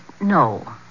no